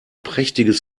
prächtiges